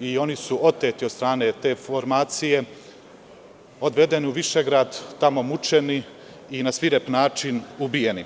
i oni su oteti od strane te formacije, odvedeni u Višegrad, tamo su mučeni i na svirep način ubijeni.